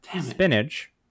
spinach